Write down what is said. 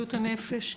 בבריאות הנפש,